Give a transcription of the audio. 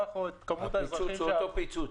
הפיצוץ הוא אותו פיצוץ.